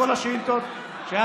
עוד לא קיבלתי את ה-GPS שמוצמד לשרים,